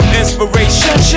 inspiration